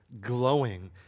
glowing